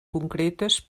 concretes